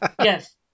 Yes